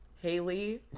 Haley